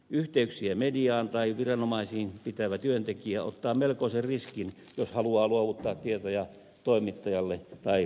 yhteyksiä mediaan tai viranomaisiin pitävä työntekijä ottaa melkoisen riskin jos haluaa luovuttaa tietoja toimittajalle tai viranomaiselle